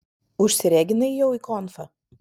užsireginai jau į konfą